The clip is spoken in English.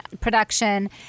production